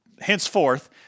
henceforth